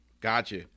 Gotcha